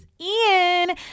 ian